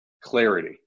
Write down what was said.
clarity